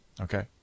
okay